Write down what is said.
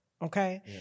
Okay